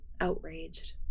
outraged